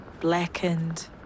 Blackened